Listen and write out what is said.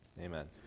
Amen